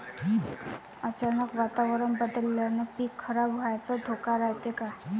अचानक वातावरण बदलल्यानं पीक खराब व्हाचा धोका रायते का?